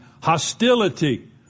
hostility